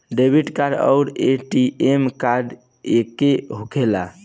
Debit card आउर ATM card एके होखेला?